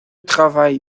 travail